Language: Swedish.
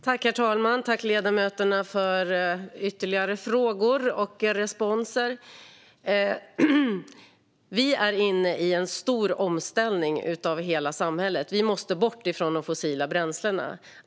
Herr talman! Tack, ledamöterna, för ytterligare respons och frågor! Vi är inne i en stor omställning av hela samhället. Vi måste bort från de fossila bränslena.